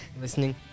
Listening